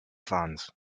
fans